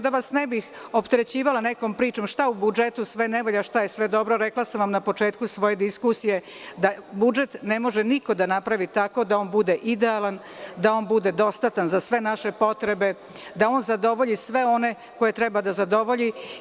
Ne bih opterećivala nekom pričom šta u budžetu sve ne valja, šta je dobro, rekla sam vam na početku svoje diskusije da budžet ne može niko da napravi tako da on bude idealan, da bude dostatan za sve naše potrebe, da zadovolji sve one koje treba da zadovolji.